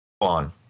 on